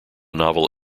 novel